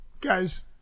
guys